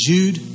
Jude